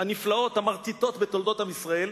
המרטיטות בתולדות עם ישראל,